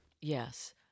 Yes